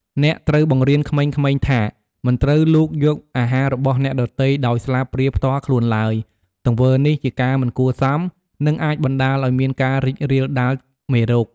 អ្នកត្រូវបង្រៀនក្មេងៗថា មិនត្រូវលូកយកអាហាររបស់អ្នកដទៃដោយស្លាបព្រាផ្ទាល់ខ្លួនឡើយ ទង្វើនេះជាការមិនគួរសម និងអាចបណ្តាលឲ្យមានការរីករាលដាលមេរោគ។